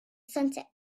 sunset